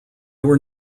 were